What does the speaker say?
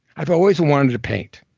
i've always wanted to paint.